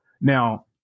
Now